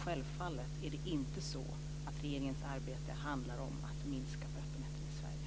Självfallet är det inte så att regeringens arbete handlar om att minska öppenheten i Sverige.